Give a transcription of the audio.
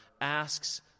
asks